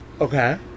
Okay